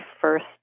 first